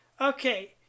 Okay